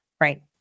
right